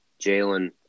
Jalen